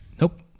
Nope